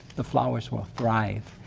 the flowers will thrive.